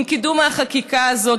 עם קידום החקיקה הזו.